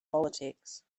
politics